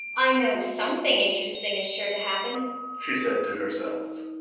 i know something interesting is sure to happen she said to herself,